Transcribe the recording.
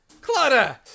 Clutter